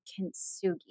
kintsugi